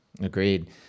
agreed